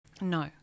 No